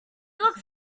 looked